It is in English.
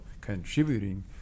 contributing